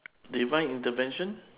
divine intervention